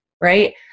Right